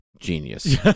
genius